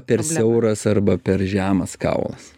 per siauras arba per žemas kaulas